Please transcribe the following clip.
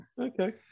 Okay